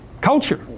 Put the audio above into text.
culture